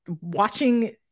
watching